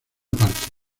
parte